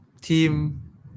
team